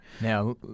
Now